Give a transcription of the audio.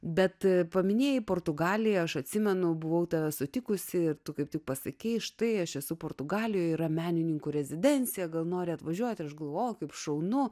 bet paminėjai portugalijoje aš atsimenu buvau tave sutikusi ir tu kaip tu pasakei štai aš esu portugalijoje yra menininkų rezidencija gal nori atvažiuoti aš galvoju kaip šaunu